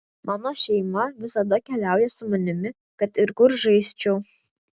mano šeima visada keliauja su manimi kad ir kur žaisčiau